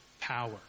power